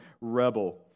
rebel